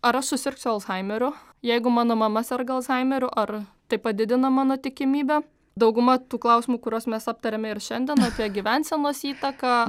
ar aš susirgsiu alzhaimeriu jeigu mano mama serga alzhaimeriu ar tai padidina mano tikimybę dauguma tų klausimų kuriuos mes aptarėme ir šiandien apie gyvensenos įtaką